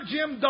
Jim